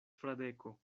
fradeko